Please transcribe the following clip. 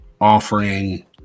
offering